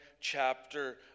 chapter